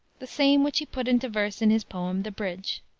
the same which he put into verse in his poem, the bridge.